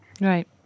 Right